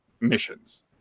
missions